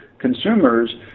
Consumers